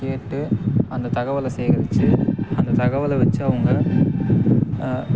கேட்டு அந்த தகவலை சேகரித்து அந்த தகவலை வச்சி அவங்கள